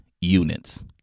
units